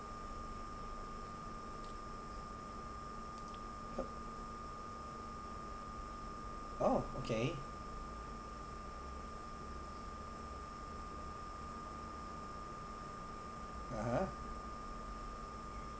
uh oh okay (uh huh)